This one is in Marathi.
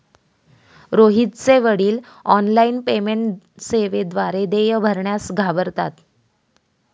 रोहितचे वडील ऑनलाइन पेमेंट सेवेद्वारे देय भरण्यास घाबरतात